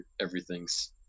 everything's